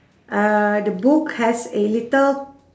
uh the book has a little